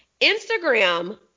Instagram